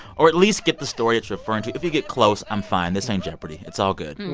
or at least get the story it's referring to. if you get close, i'm fine. this ain't jeopardy! it's all good.